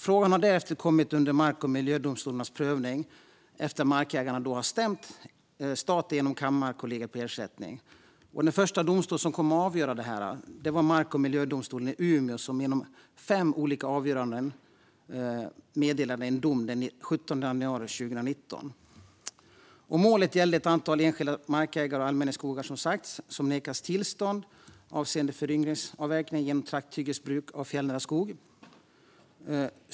Frågan har därefter kommit under mark och miljödomstolarnas prövning efter att markägaren stämt staten genom Kammarkollegiet på ersättning. Den första domstol som kom att avgöra frågan var mark och miljödomstolen i Umeå, som genom fem olika avgöranden meddelade en dom den 17 januari 2019. Målen gällde ett antal enskilda markägare och allmänningsskogar som nekats tillstånd avseende föryngringsavverkning genom trakthyggesbruk av fjällnära skog.